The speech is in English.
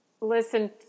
listen